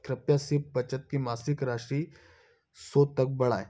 कृपया सिप बचत की मासिक राशि सौ तक बढ़ाएँ